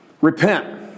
repent